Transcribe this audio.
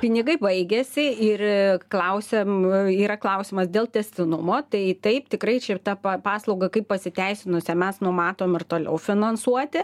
pinigai baigėsi ir klausiam yra klausimas dėl tęstinumo tai taip tikrai šitą paslaugą kaip pasiteisinusią mes numatom ir toliau finansuoti